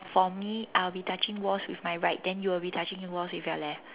for me I'll be touching walls with my right then you'll be touching walls with your left